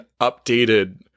updated